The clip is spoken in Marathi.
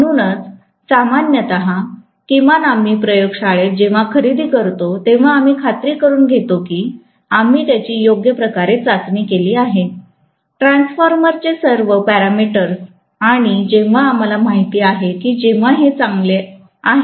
म्हणूनच सामान्यत किमान आम्ही प्रयोगशाळेत जेव्हा खरेदी करतो तेव्हा आम्ही खात्री करुन घेतो की आम्ही त्याची योग्य प्रकारे चाचणी केली आहे ट्रान्सफॉर्मर चे सर्व पॅरामीटर्स आणि जेव्हा आम्हाला माहित आहे की जेव्हा हे चांगले आहे